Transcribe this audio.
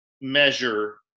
measure